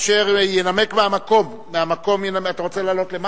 אשר ינמק מהמקום, אתה רוצה לעלות?